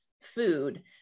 food